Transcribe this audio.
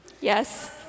Yes